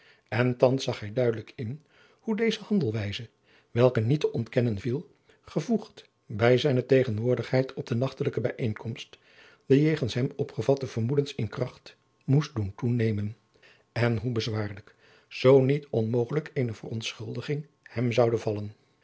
en thands zag hij duidelijk in hoe deze handelwijze welke niet te ontkennen viel gevoegd bij zijne tegenwoordigheid op de nachtelijke bijeenkomst de jegens hem opgevatte vermoedens in kracht moest doen toenemen en hoe bezwaarlijk zoo niet onmogelijk eene verontschuldiging hem zoude vallen